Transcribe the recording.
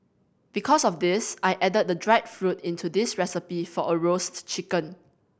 because of this I added the dried fruit into this recipe for a roast chicken